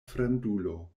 fremdulo